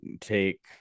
take